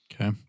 Okay